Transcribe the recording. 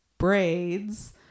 braids